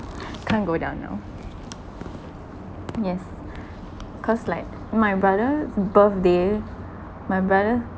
can't go down now yes cause like my brother's birthday my brother